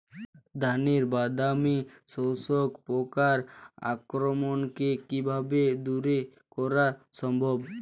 ধানের বাদামি শোষক পোকার আক্রমণকে কিভাবে দূরে করা সম্ভব?